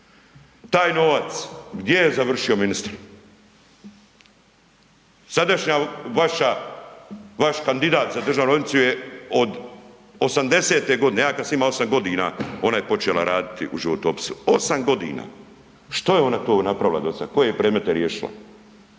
Taj novac gdje je završio ministre? Sadašnja vaša, vaš kandidat za državnu odvjetnicu je od '80. godine, ja kad sam ima 8 godina ona je počela raditi u životopisu, 8 godina, što je ona to napravila do sada, koje predmete je riješila,